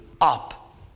up